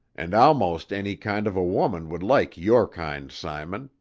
and almost any kind of a woman would like your kind, simon,